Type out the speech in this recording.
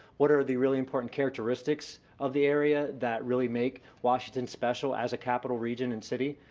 what are the really important characteristics of the area that really make washington special as a capital region and city.